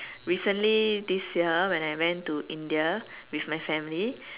recently this year when I went to India with my family